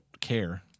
care